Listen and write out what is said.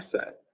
asset